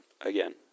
again